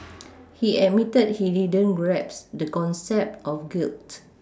he admitted he didn't grasp the concept of guilt